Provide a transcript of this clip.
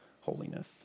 holiness